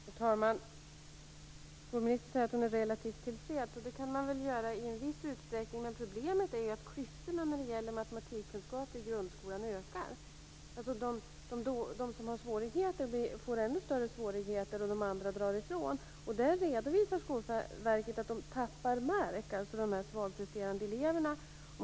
Fru talman! Skolministern säger att hon är relativt till freds. Det kan man väl vara i viss utsträckning. Men problemet är ju att klyftorna i fråga om matematikkunskaper i grundskolan ökar. De som har svårigheter får ännu större svårigheter, och de andra drar ifrån. Skolverket redovisar att de svagpresterande eleverna tappar mark.